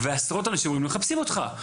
עשרות אנשים אומרים לי, מחפשים אותך.